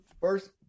First